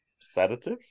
Sedative